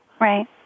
Right